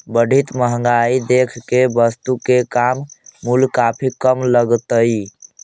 बढ़ित महंगाई देख के वस्तु के वर्तनमान मूल्य काफी कम लगतइ